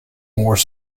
more